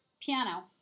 piano